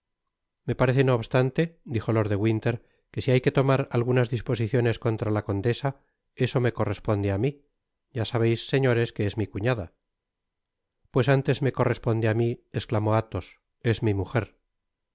me parece no obstante dijo lord de winter que si hay que tomar algunas disposiciones contra la condesa eso me corresponde á mi ya sabeis señores que es mi cuñada pues antes me corresponde á mi esclamó athos es mi mujer